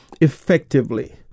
effectively